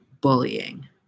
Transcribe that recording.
bullying